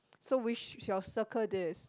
so we shall circle this